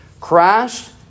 Christ